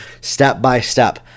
step-by-step